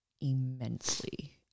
immensely